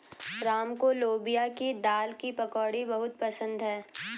राम को लोबिया की दाल की पकौड़ी बहुत पसंद हैं